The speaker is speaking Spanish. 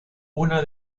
una